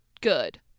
good